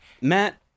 Matt